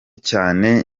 cyane